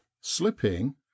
slipping